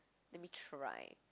let me try